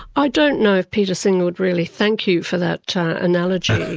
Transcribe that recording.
i don't know if peter singer would really thank you for that analogy,